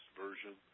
version